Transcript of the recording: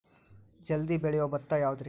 ಜಲ್ದಿ ಬೆಳಿಯೊ ಭತ್ತ ಯಾವುದ್ರೇ?